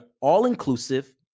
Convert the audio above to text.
all-inclusive